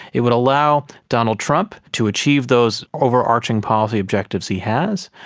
it would allow donald trump to achieve those overarching policy objectives he has,